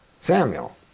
Samuel